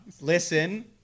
Listen